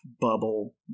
bubble